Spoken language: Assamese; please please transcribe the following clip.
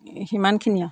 সিমানখিনি আৰু